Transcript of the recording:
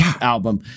album